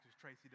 Tracy